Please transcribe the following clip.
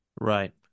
Right